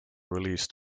released